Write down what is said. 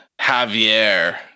Javier